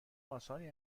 آسانی